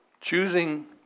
Choosing